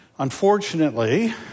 Unfortunately